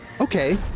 Okay